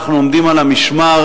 אנחנו עומדים על המשמר,